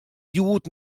hjoed